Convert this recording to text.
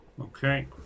Okay